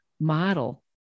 model